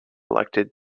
elected